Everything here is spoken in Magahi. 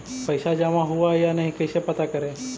पैसा जमा हुआ या नही कैसे पता करे?